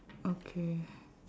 okay